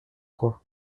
croix